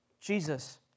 Jesus